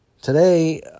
Today